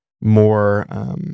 more